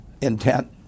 intent